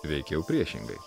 veikiau priešingai